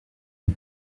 and